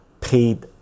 paid